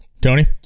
tony